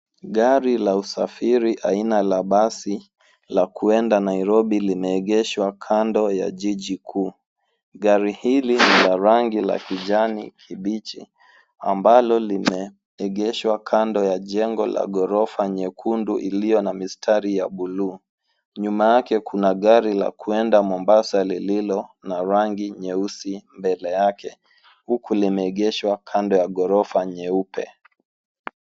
Gari la usafiri aina la basi la kuenda Nairobi linaegeshwa kando ya jiji kuu. Gari hili ni la rangi la kijani kibichi ambalo limeegeshwa kando ya jengo la ghorofa nyekundu iliyo na mistari ya bulu. Nyuma yake kuna gari la kwenda Mombasa lililo na rangi nyeusi mbele yake huku limegeshwa kando ya ghorofa nyeupe.